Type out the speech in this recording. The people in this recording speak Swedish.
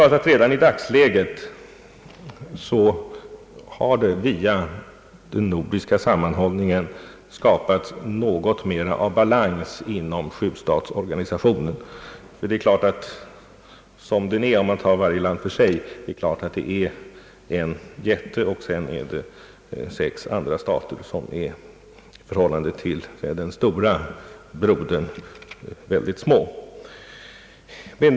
Redan i dagsläget har tack vare den nordiska sammanhållningen skapats något mer av en inre balans inom sjustatsorganisationen — denna består ju av en jätte och sex andra stater, som i förhållande till den stora brodern är väldigt små.